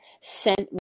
sent